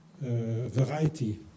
variety